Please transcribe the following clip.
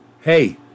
hey